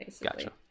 gotcha